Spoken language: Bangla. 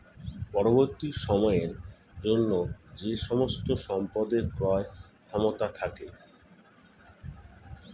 পরবর্তী সময়ের জন্য যে সমস্ত সম্পদের ক্রয় ক্ষমতা থাকে